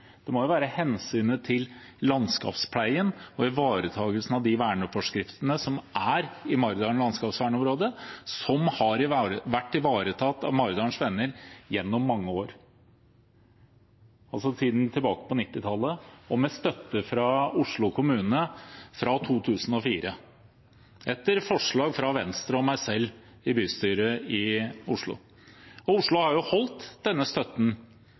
Det må jo være hensynet til landskapspleien og ivaretakelsen av verneforskriftene somgjelder i Maridalen landskapsvernområde, som har vært ivaretatt av Maridalens Venner gjennom mange år, altså siden tilbake til 1990-tallet, og med støtte fra Oslo kommune fra 2004 – etter forslag fra Venstre og meg selv i bystyret i Oslo. Og Oslo har jo holdt denne støtten